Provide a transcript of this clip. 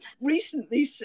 recently